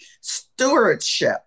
Stewardship